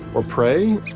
or prey,